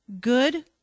good